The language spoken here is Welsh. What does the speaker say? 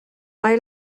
mae